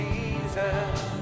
Jesus